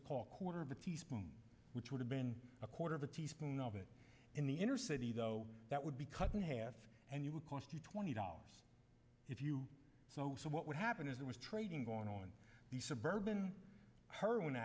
to call quarter of a teaspoon which would have been a quarter of a teaspoon of it in the inner city though that would be cut in half and you would cost you twenty dollars if you so so what would happen is it was trading going on the suburban he